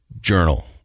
journal